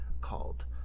called